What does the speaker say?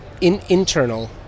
internal